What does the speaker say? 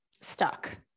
stuck